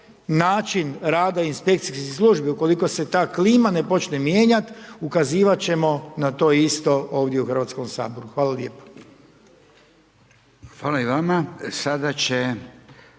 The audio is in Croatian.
način rada inspekcijske službe, ukoliko se ta klima ne počne mijenjati, ukazivati ćemo na to isto ovdje u Hrvatskom saboru. Hvala lijepo.